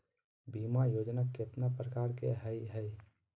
बीमा योजना केतना प्रकार के हई हई?